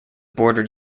bordered